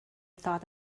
thought